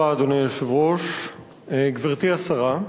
אדוני היושב-ראש, תודה רבה, גברתי השרה,